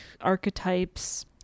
archetypes